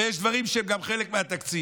ויש דברים שגם הם חלק מהתקציב.